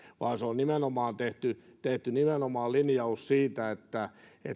vaan nimenomaan on tehty tehty linjaus siitä että